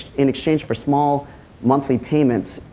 in exchange for small monthly payments,